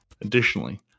Additionally